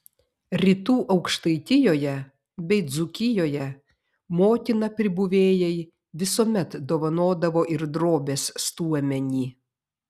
rytų aukštaitijoje bei dzūkijoje motina pribuvėjai visuomet dovanodavo ir drobės stuomenį